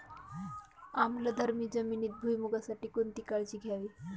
आम्लधर्मी जमिनीत भुईमूगासाठी कोणती काळजी घ्यावी?